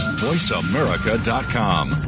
VoiceAmerica.com